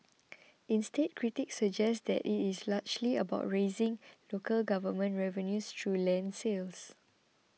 instead critics suggest that it is largely about raising local government revenues through land sales